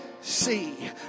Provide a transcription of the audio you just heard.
see